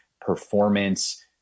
performance